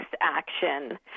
action